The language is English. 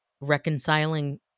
reconciling